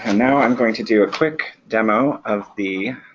and now i'm going to do a quick demo of the